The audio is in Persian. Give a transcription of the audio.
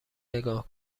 نگاه